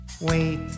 wait